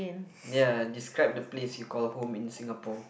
ya describe the place you call home in Singapore